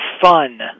Fun